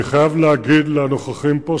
אני חייב להגיד לנוכחים פה,